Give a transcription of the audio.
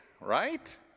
right